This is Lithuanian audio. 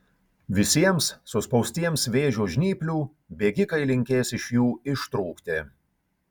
visiems suspaustiems vėžio žnyplių bėgikai linkės iš jų ištrūkti